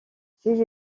ses